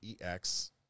EX